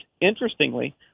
interestingly